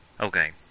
Okay